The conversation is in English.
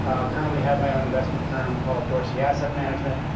currently have my own investment firm called dorsey asset management,